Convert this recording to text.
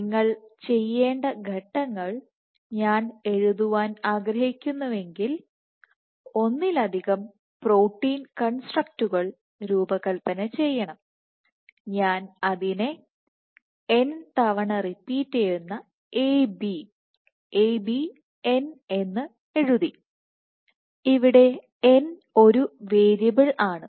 നിങ്ങൾ ചെയ്യേണ്ട ഘട്ടങ്ങൾ ഞാൻ എഴുതാൻ ആഗ്രഹിക്കുന്നുവെങ്കിൽ ഒന്നിലധികം പ്രോട്ടീൻ കൺസ്ട്രക്ക്ടസ് രൂപകൽപ്പന ചെയ്യണം ഞാൻ അതിനെ n എന്ന് എഴുതി ഇവിടെ n ഒരു വേരിയബിൾ ആണ്